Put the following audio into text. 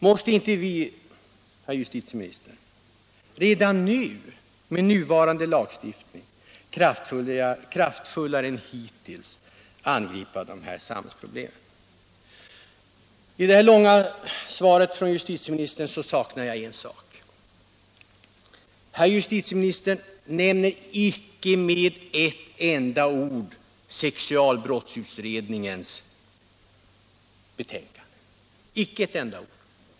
Måste inte vi, herr justitieminister, redan nu —- med nuvarande lagstiftning — kraftfullare än hittills angripa detta samhällsproblem? I det långa svaret saknar jag en sak. Herr justitieministern nämner icke med ett enda ord sexualbrottsutredningens betänkande.